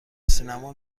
سینما